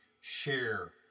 share